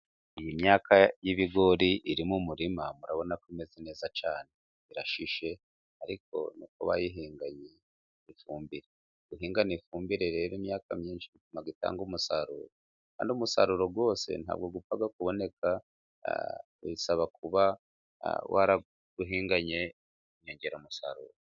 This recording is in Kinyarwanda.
Iyi myaka y'ibigori iri mu murima, murabona ko imeze neza cyane. Irashishe ariko ni uko bayihinganye ifumbire. Guhingana ifumbire rero imyaka myinshi, bituma itangaro umusaruro. Kandi umusaruro wose, nta bwo upfa kuboneka, bisaba kuba warawuhinganye inyongeramusaruro.